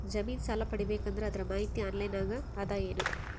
ಜಮಿನ ಸಾಲಾ ಪಡಿಬೇಕು ಅಂದ್ರ ಅದರ ಮಾಹಿತಿ ಆನ್ಲೈನ್ ನಾಗ ಅದ ಏನು?